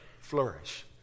flourish